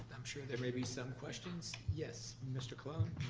i'm sure there may be some questions. yes, mr. colon?